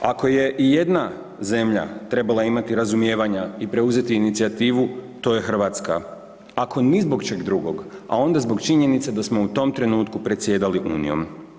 Ako je i jedna zemlja trebala imati razumijevanja i preuzeti inicijativu to je Hrvatska, ako ni zbog čeg drugog, a onda zbog činjenice da smo u tom trenutku predsjedali Unijom.